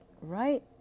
right